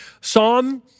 Psalm